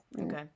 okay